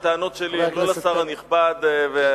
הטענות שלי הן לא לשר הנכבד והחשוב,